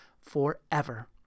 forever